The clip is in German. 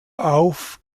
auf